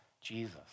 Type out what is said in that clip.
Jesus